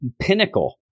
pinnacle